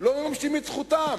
לא מממשים את זכותם.